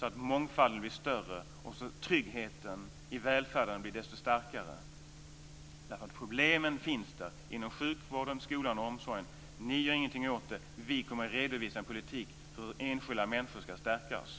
Mångfalden ska bli större och tryggheten i välfärden desto starkare. Problemen finns inom sjukvården, skolan och omsorgen. Ni gör ingenting åt det. Vi kommer att redovisa en politik för hur enskilda människor ska kunna stärkas.